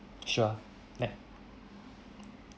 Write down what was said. sure let